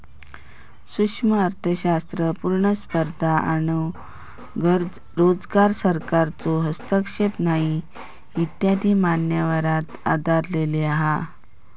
सूक्ष्म अर्थशास्त्र पुर्ण स्पर्धा आणो रोजगार, सरकारचो हस्तक्षेप नाही इत्यादी मान्यतांवर आधरलेलो हा